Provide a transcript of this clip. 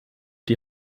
die